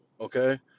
okay